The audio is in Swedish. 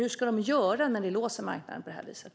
Hur ska de göra när ni låser marknaden på det här viset?